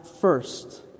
first